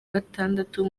gatandatu